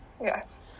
Yes